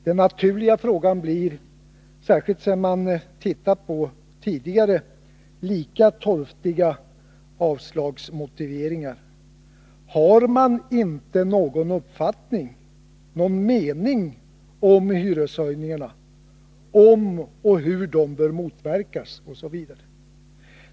Den naturliga frågan blir, särskilt sedan jag tittat på tidigare, lika torftiga avslagsmotiveringar: Har utskottsmajoriteten inte någon uppfattning om hur hyreshöjningarna bör motverkas?